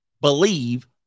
believe